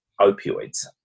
opioids